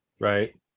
right